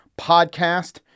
podcast